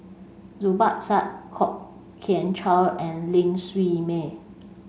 Zubir Said Kwok Kian Chow and Ling Siew May